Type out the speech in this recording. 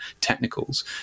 technicals